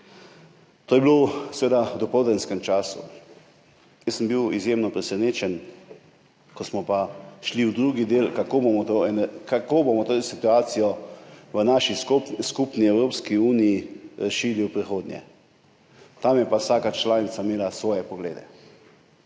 To je bilo v dopoldanskem času. Jaz sem bil izjemno presenečen, ko smo pa šli v drugi del, kako bomo to situacijo v naši skupni Evropski uniji rešili v prihodnje. Tam je pa vsaka članica imela svoje poglede.